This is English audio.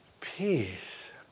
peace